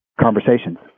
conversations